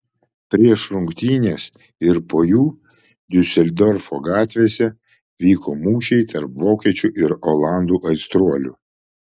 prieš rungtynes ir po jų diuseldorfo gatvėse vyko mūšiai tarp vokiečių ir olandų aistruolių